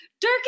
Dirk